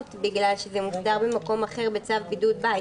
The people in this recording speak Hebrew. בגלל שזה מוסדר במקום אחר בצו בידוד בית.